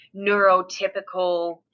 neurotypical